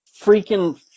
freaking